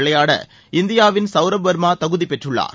விளையாட இந்தியாவின் சவுரவ் வர்மா தகுதி பெற்றுள்ளார்